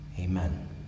Amen